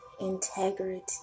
integrity